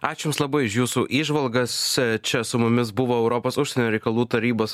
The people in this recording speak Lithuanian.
ačiū jums labai už jūsų įžvalgas čia su mumis buvo europos užsienio reikalų tarybos